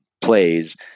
plays